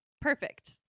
Perfect